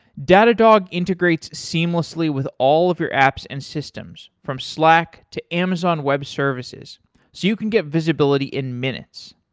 datadog integrates seamlessly with all of your apps and systems from slack to amazon web services so you can get visibility in minutes.